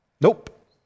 Nope